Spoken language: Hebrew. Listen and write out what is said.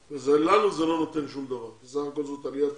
לנו זה לא נותן שום דבר ובסך הכול זאת עלייה טובה.